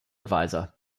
advisor